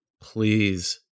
Please